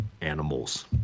animals